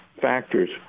factors